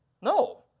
No